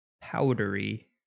Powdery